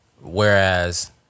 Whereas